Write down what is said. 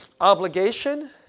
obligation